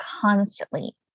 constantly